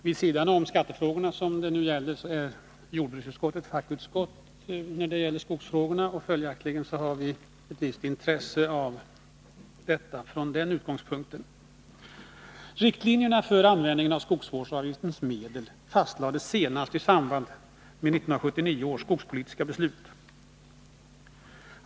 Fru talman! Utom för skattefrågorna är jordbruksutskottet också ett fackutskott för skogsfrågorna. Följaktligen har vi ett visst intresse av detta ärende. Riktlinjerna för användningen av skogsvårdsavgiftens medel fastlades senast i samband med 1979 års skogspolitiska beslut.